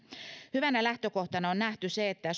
hyvänä lähtökohtana on nähty se että